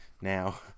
now